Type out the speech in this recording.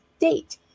date